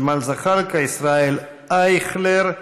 ג'מאל זחאלקה, ישראל אייכלר.